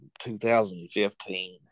2015